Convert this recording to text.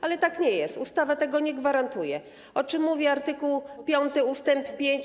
Ale tak nie jest, ustawa tego nie gwarantuje, o czym mówi art. 5 ust. 5.